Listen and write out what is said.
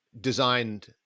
designed